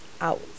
out